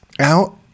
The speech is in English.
out